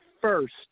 first